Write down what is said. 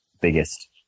biggest